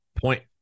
point